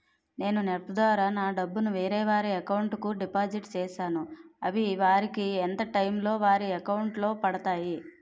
నేను నెఫ్ట్ ద్వారా నా డబ్బు ను వేరే వారి అకౌంట్ కు డిపాజిట్ చేశాను అవి వారికి ఎంత టైం లొ వారి అకౌంట్ లొ పడతాయి?